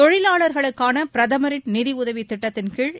தொழிலாளர்களுக்கான பிரதமரின் நிதி உதவித் திட்டத்தின் கீழ்